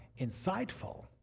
insightful